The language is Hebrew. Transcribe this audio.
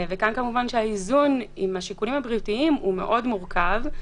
כאן האיזון עם השיקולים הבריאותיים הוא מאוד מורכב.